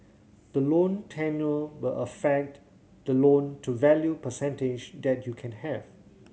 the loan tenure will affect the loan to value percentage that you can have